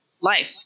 life